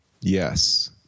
Yes